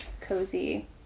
cozy